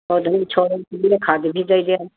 और छोड़न के लिए खादि भी दई देब